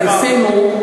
ניסינו.